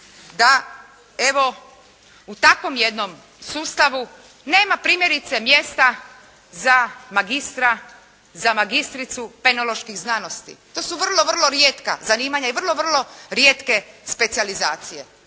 evo u takvom jednom sustavu nema primjerice mjesta za magistra, za magistricu penoloških znanosti. To su vrlo vrlo rijetka zanimanja i vrlo vrlo rijetke specijalizacije,